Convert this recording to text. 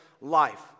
life